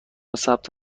ثبت